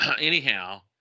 anyhow